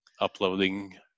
uploading